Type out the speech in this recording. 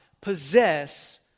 possess